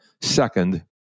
Second